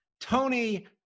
Tony